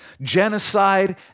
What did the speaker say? genocide